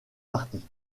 parties